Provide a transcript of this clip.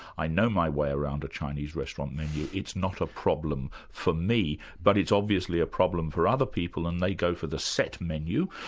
i know my way around a chinese restaurant menu, it's not a problem for me, but it's obviously a problem for other people and they go for the set menu,